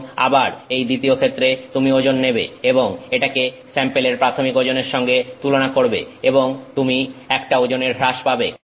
এখন আবার এই দ্বিতীয়ক্ষেত্রে তুমি ওজন নেবে এবং এটাকে স্যাম্পেলের প্রাথমিক ওজনের সঙ্গে তুলনা করবে এবং তুমি একটা ওজনের হ্রাস পাবে